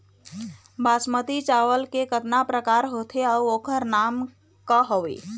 बासमती चावल के कतना प्रकार होथे अउ ओकर नाम क हवे?